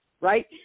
right